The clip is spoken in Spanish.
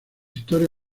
historia